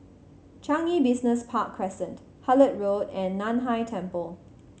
Changi Business Park Crescent Hullet Road and Nan Hai Temple